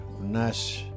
nice